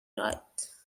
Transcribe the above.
right